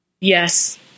Yes